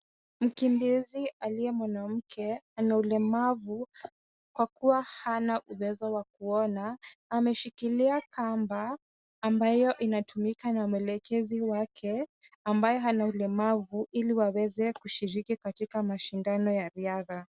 Mkimbizi aliye mwanamke ana ulemavu kwa kuwa hana uwezo wa kuona. Ameshikilia kamba ambayo inatumika na mwelekezi wake ambaye hana ulemavu ili waweze kushiriki katika mashindano ya riadha.